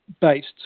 based